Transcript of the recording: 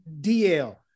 DL